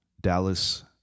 Dallas